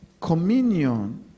communion